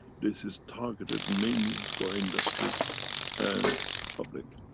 this is targeted mainly for industry and public.